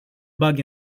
bug